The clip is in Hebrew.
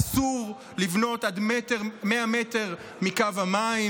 אסור לבנות עד 100 מטרים מקו המים,